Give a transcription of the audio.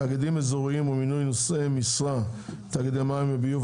(תאגידים אזוריים ומינוי נושאי משרה תאגידי מים וביוב),